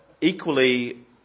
equally